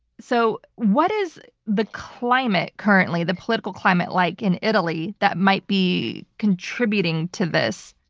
so what is the climate currently, the political climate, like in italy that might be contributing to this?